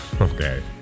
okay